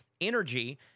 energy